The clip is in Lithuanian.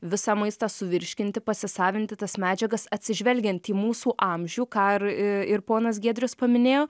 visą maistą suvirškinti pasisavinti tas medžiagas atsižvelgiant į mūsų amžių ką ir ir ponas giedrius paminėjo